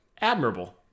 admirable